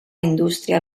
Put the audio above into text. indústria